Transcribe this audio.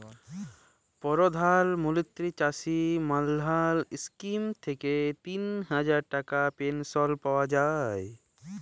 পরধাল মলত্রি চাষী মাল্ধাল ইস্কিম থ্যাইকে তিল হাজার টাকার পেলশল পাউয়া যায়